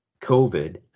COVID